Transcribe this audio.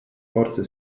forze